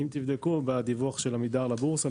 אם תבדקו בדיווח של עמידר לבורסה,